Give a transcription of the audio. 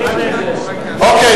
אוקיי,